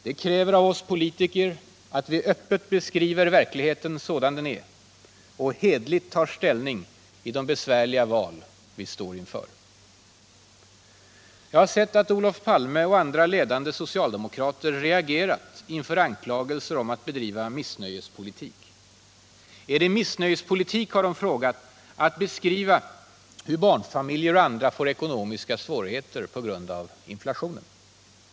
Det kräver av oss politiker att vi öppet beskriver verkligheten sådan den är och hederligt tar ställning i de besvärliga val vi står inför. Jag har sett att Olof Palme och andra ledande socialdemokrater reagerat inför anklagelser om att bedriva missnöjespolitik. Är det missnöjespolitik, har de frågat, att beskriva hur barnfamiljer och andra får ekonomiska svårigheter på grund av inflationen?